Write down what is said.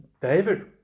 David